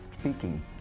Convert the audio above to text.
speaking